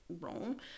wrong